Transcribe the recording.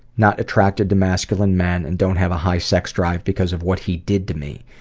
not attracted to masculine men and don't have a high sex drive because of what he did to me.